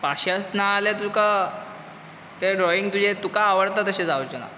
पाशयेंस नाजाल्यार तुका तें ड्रॉईंग तुजें तुका आवडता तशें जावचें ना